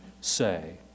say